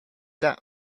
that